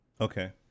Okay